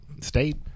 state